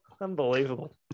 Unbelievable